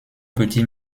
petit